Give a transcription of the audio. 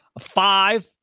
Five